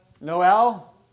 Noel